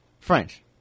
French